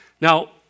Now